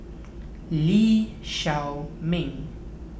Lee Shao Meng